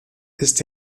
ist